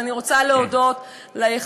אז אני רוצה להודות לחברים,